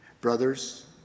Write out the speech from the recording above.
brothers